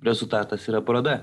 rezultatas yra paroda